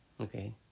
okay